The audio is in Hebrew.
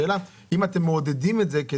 השאלה היא האם אתם מעודדים את זה,